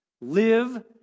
Live